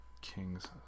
Kings